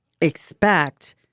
expect